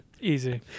Easy